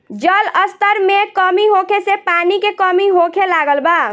जल स्तर में कमी होखे से पानी के कमी होखे लागल बा